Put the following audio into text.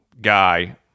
guy